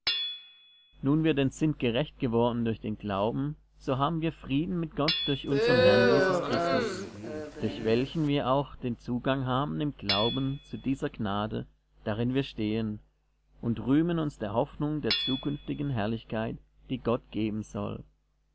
nun wir denn sind gerecht geworden durch den glauben so haben wir frieden mit gott durch unsern herrn jesus christus durch welchen wir auch den zugang haben im glauben zu dieser gnade darin wir stehen und rühmen uns der hoffnung der zukünftigen herrlichkeit die gott geben soll